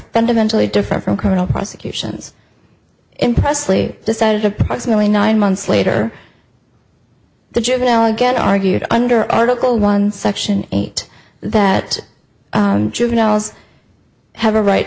fundamentally different from criminal prosecutions in presley decided approximately nine months later the juvenile again argued under article one section eight that juveniles have a right